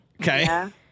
Okay